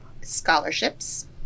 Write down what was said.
Scholarships